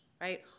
right